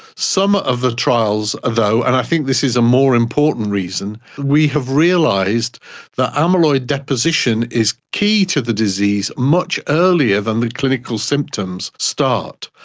some of the trials ah though, and i think this is a more important reason, we have realised that amyloid deposition is key to the disease much earlier than the clinical symptoms start.